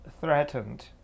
threatened